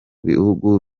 bihugu